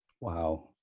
Wow